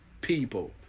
people